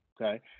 okay